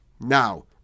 Now